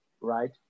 right